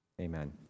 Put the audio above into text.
amen